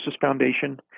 Foundation